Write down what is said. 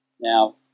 Now